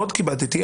מאוד כיבדתי.